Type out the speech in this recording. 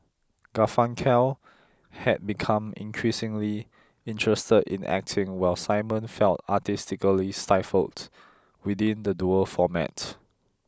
Garfunkel had become increasingly interested in acting while Simon felt artistically stifled within the duo format